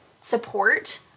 support